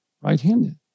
right-handed